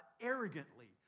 arrogantly